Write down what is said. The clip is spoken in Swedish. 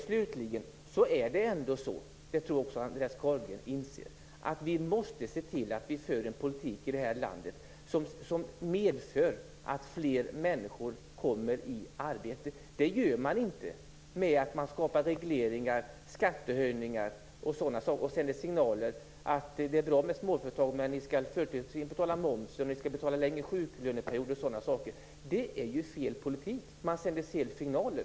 Slutligen är det ändå så - det tror jag att även Andreas Carlgren inser - att vi måste se till att föra en politik i det här landet som medför att fler människor kommer i arbete. Det gör vi inte genom regleringar, skattehöjningar. Det gör vi inte genom att sända signaler om att det är bra med småföretag, men de skall förtidsinbetala momsen, de skall betala längre sjuklöneperioder och sådant. Det är fel politik. Man sänder fel signaler.